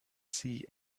see